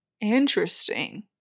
Interesting